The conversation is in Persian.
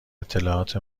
اطلاعات